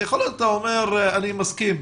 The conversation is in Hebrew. אני מסכים,